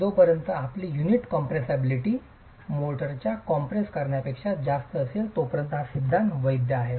जोपर्यंत आपली युनिटची कॉन्ट्रेसिबिलिटी मोर्टारच्या कॉम्प्रेस करण्यापेक्षा जास्त असेल तोपर्यंत हा सिद्धांत वैध आहे